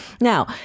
now